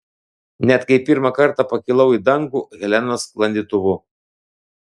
net kai pirmą kartą pakilau į dangų helenos sklandytuvu